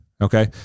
Okay